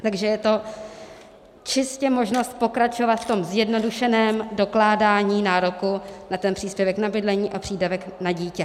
Takže je to čistě možnost pokračovat v tom zjednodušeném dokládání nároku na ten příspěvek na bydlení a přídavek na dítě.